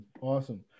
awesome